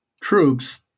troops